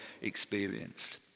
experienced